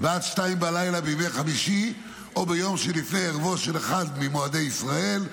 ו-02:00 בימי חמישי או ביום שלפני ערבו של אחד ממועדי ישראל,